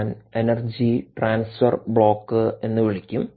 ഞാൻ energy transfer block എന്ന് വിളിക്കും